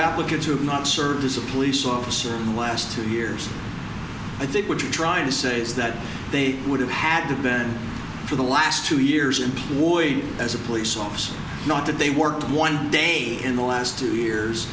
kids who have not served as a police officer in the last two years i think what you're trying to say is that they would have had to then for the last two years employed as a police officer not that they work one day in the last two years